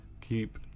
Keep